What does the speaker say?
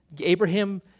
Abraham